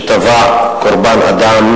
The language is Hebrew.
שתבע קורבן אדם,